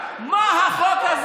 מה גזענות?